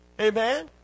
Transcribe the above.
Amen